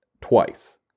Twice